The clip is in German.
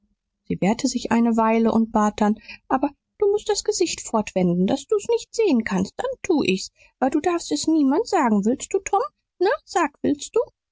sie wehrte sich eine weile und bat dann aber du mußt das gesicht fortwenden daß du's nicht sehen kannst dann tu ich's aber du darfst es niemand sagen willst du tom na sag willst du